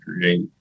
create